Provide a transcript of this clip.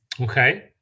okay